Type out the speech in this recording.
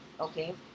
okay